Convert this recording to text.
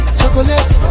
chocolate